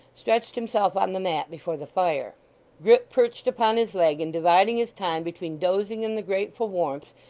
stretched himself on the mat before the fire grip perched upon his leg, and divided his time between dozing in the grateful warmth,